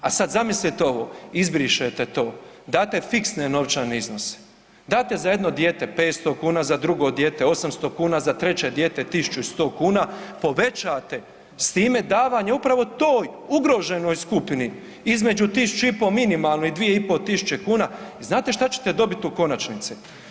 A sada zamislite ovo, izbrišete to, date fiksne novčane iznose, date za jedno dijete 500 kuna, za drugo dijete 800 kuna, za treće dijete 1.100 kuna povećate s time davanje upravo toj ugroženoj skupini između 1.500 minimalno i 2.500 tisuće kuna i znate što ćete dobiti u konačnici?